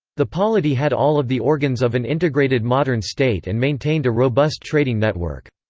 the polity had all of the organs of an integrated modern state and maintained a robust trading network.